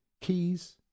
keys